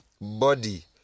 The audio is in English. body